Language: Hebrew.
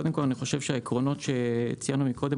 קודם כול אני חושב שהעקרונות שציינו מקודם